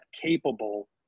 capable